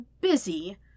busy